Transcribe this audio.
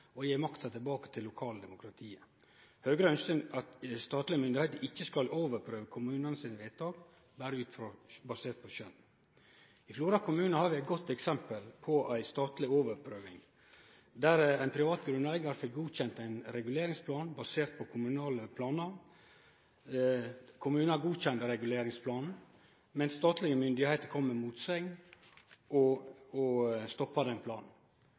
og gje makta tilbake til lokaldemokratiet. Høgre ønskjer at statlege myndigheiter ikkje skal overprøve kommunane sine vedtak berre basert på skjønn. I Flora kommune har vi eit godt eksempel på ei statleg overprøving, der ein privat grunneigar fekk godkjent ein reguleringsplan basert på kommunale planar. Kommunen godkjende reguleringsplanen, men statlege myndigheiter kom med motsegn og stoppa den planen.